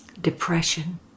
depression